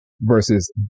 versus